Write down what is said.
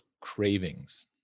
cravings